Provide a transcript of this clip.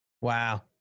Wow